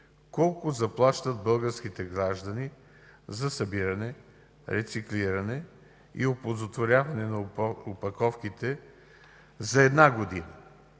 колко заплащат българските граждани за събиране, рециклиране и оползотворяване на опаковките за една година,